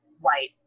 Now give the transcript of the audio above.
white